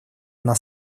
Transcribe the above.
она